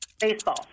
Baseball